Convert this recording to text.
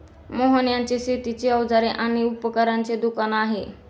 मोहन यांचे शेतीची अवजारे आणि उपकरणांचे दुकान आहे